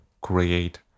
create